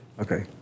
Okay